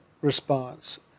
response